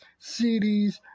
CDs